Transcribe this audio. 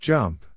Jump